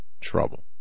trouble